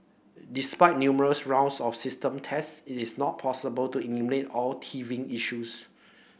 despite numerous rounds of system tests it is not possible to eliminate all teething issues